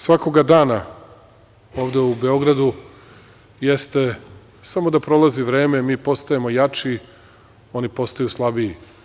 svakoga dana ovde u Beogradu jeste - samo da prolazi vreme, mi postajemo jači, oni postaju slabiji.